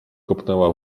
kopnęła